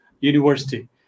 University